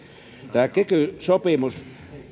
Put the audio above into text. tämä kiky